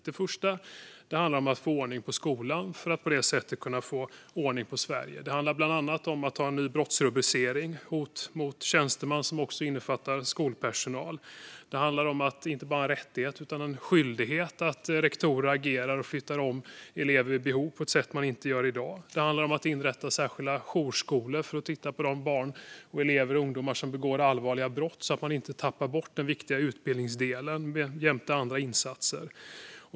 För det första handlar det om att få ordning på skolan för att på det sättet kunna få ordning på Sverige. Det handlar bland annat om att införa en ny brottsrubricering, hot mot tjänsteman, som också innefattar skolpersonal. Det handlar om att det inte bara är en rättighet utan också en skyldighet för rektorer att vid behov agera och flytta om elever på ett sätt som man inte gör i dag. Det handlar om att inrätta särskilda jourskolor för de barn och ungdomar som begår allvarliga brott så att man inte tappar bort den viktiga utbildningsdelen, jämte andra insatser.